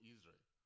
Israel